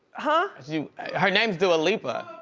huh? her name's dua lipa.